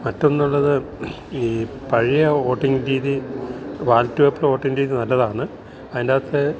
മറ്റൊന്നൊള്ളത് ഈ പഴയ ഓട്ടിങ് രീതി വാലറ്റ് പേപ്പർ ഓട്ടിങ് രീതി നല്ലതാന്ന് അയിൻ്റാത്ത്